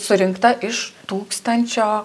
surinkta iš tūkstančio